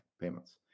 payments